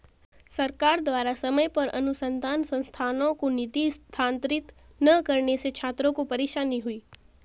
सरकार द्वारा समय पर अनुसन्धान संस्थानों को निधि स्थानांतरित न करने से छात्रों को परेशानी हुई